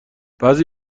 بعضی